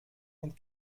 und